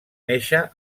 néixer